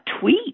tweet